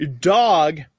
dog